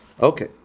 Okay